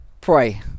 pray